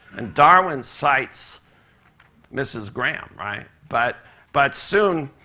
and darwin cites mrs. graham, right? but but soon,